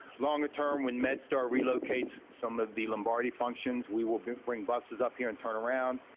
longer term, when medstar relocates some of the lombardi functions, we will bring buses up here and turn around.